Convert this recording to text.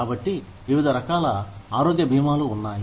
కాబట్టి వివిధ రకాల ఆరోగ్య భీమాలు ఉన్నాయి